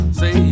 say